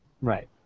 Right